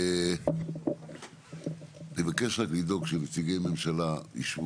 גם בכנסת